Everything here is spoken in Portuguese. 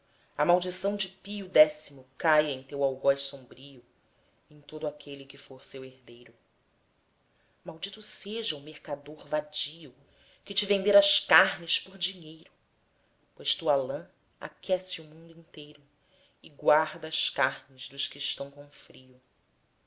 a maldição de pio décimo caia em teu algoz sombrio e em todo aquele que for seu herdeiro maldito seja o mercador vadio que te vender as carnes por dinheiro pois tua lã aquece o mundo inteiro e guarda as carnes dos que estão com frio